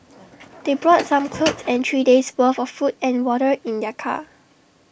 they brought some clothes and three days' worth of food and water in their car